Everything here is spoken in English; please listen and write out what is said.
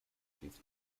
fifth